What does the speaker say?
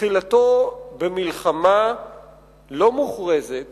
במלחמה לא מוכרזת